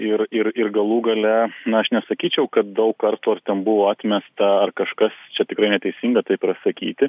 ir ir ir galų gale na aš nesakyčiau kad daug kartų ar ten buvo atmesta ar kažkas čia tikrai neteisinga taip yra sakyti